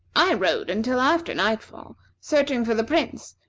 i rode until after night-fall, searching for the prince,